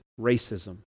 racism